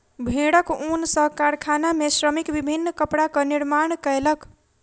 भेड़क ऊन सॅ कारखाना में श्रमिक विभिन्न कपड़ाक निर्माण कयलक